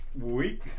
week